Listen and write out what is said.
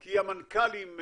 כי המנכ"לים,